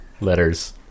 letters